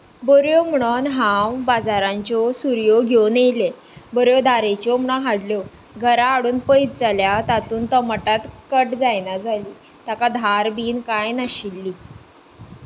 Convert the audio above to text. बऱ्यो म्हणोन हांव बाजारांच्यो सुऱ्यो घेवन येलें बऱ्यो धारेच्यो म्हणोन हाडल्यो घरा हाडून पळयत जाल्यार तातूंत टमाटांच कट जायना जालीं ताका धार बीन कांय नाशिल्ली